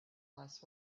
last